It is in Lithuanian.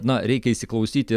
na reikia įsiklausyti